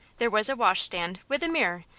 there was a washstand, with a mirror,